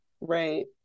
Right